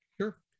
Sure